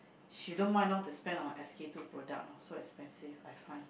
she don't mind lor to spend on S K two product lor so expensive I find